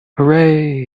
hooray